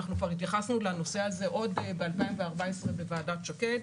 אנחנו כבר התייחסנו לנושא הזה עוד ב-2014 בוועדת שקד,